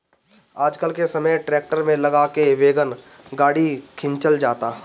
आजकल के समय ट्रैक्टर में लगा के वैगन गाड़ी खिंचल जाता